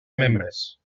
membres